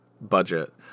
budget